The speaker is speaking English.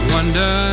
Wonder